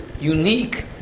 unique